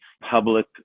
public